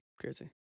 Crazy